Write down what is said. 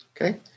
Okay